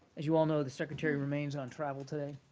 as you all know, the secretary remains on travel today.